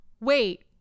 Wait